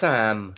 Sam